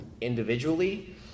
individually